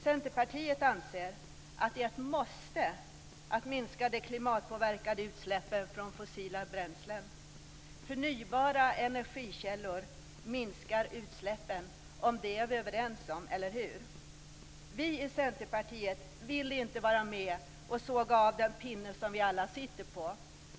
Centerpartiet anser att det är ett måste att minska de klimatpåverkande utsläppen från fossila bränslen. Förnybara energikällor minskar utsläppen. Det är vi överens om, eller hur? Vi i Centerpartiet vill inte vara med om att såga av den pinne vi alla sitter på.